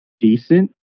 Decent